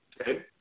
Okay